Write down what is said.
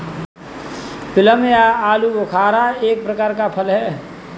plum या आलूबुखारा एक प्रकार का फल है